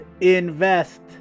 Invest